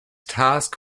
task